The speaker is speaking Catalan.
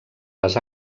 les